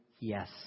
Yes